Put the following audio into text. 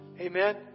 Amen